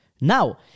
Now